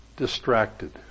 Distracted